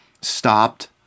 stopped